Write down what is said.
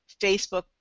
Facebook